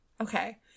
Okay